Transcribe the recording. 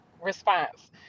response